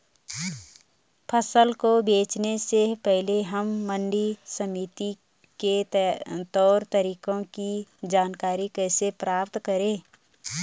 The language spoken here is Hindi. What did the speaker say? फसल को बेचने से पहले हम मंडी समिति के तौर तरीकों की जानकारी कैसे प्राप्त करें?